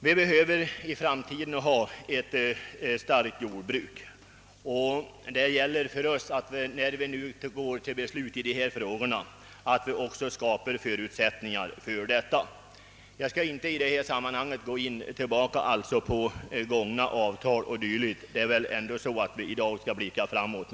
Vi behöver i framtiden ha ett starkt jordbruk och det gäller att skapa förutsättningar härför. Jag skall i detta sammanhang inte se tillbaka på gamla uppgörelser — vi bör väl i dag blicka framåt.